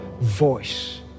voice